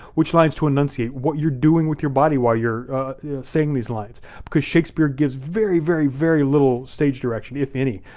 which lines to annunciate, what you're doing with your body while you're saying these lines because shakespeare gives very very very little stage direction, if any.